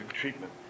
treatment